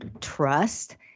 trust